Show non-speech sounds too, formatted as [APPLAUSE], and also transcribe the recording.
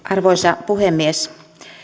[UNINTELLIGIBLE] arvoisa puhemies